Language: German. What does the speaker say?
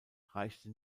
reichte